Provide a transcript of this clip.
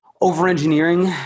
over-engineering